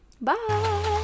Bye